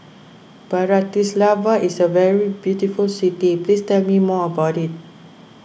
Bratislava is a very beautiful city please tell me more about it